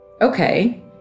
okay